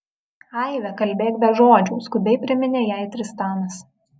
aive kalbėk be žodžių skubiai priminė jai tristanas